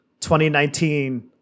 2019